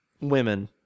women